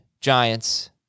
Giants